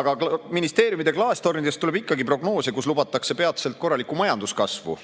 Aga ministeeriumide klaastornidest tuleb ikkagi prognoose, kus lubatakse peatselt korralikku majanduskasvu.